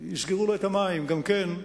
יסגרו לו את המים, גם כן,